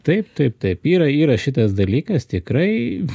taip taip taip yra yra šitas dalykas tikrai